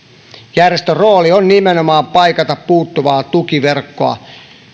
järjestön rooli on nimenomaan paikata puuttuvaa tukiverkkoa